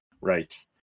Right